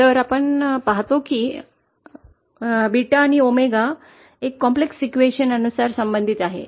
तर आपण पाहतो की 𝜷 आणि 𝝎 एक जटिल समीकरणानुसार संबंधित आहेत